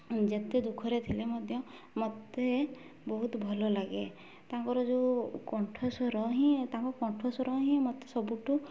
ଯେତେ ଦୁଃଖରେ ଥିଲେ ମଧ୍ୟ ମୋତେ ବହୁତ ଭଲ ଲାଗେ ତାଙ୍କର ଯେଉଁ କଣ୍ଠ ସ୍ୱର ହିଁ ତାଙ୍କ କଣ୍ଠ ସ୍ୱର ହିଁ ମୋତେ ସବୁଠୁ